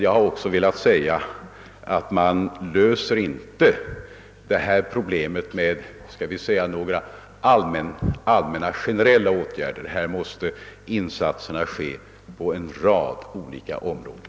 Jag har också velat framhålla att problemet inte kan lösas enbart genom allmänna och generella åtgärder, utan att insatser måste göras på en rad olika områden.